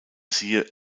siehe